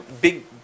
big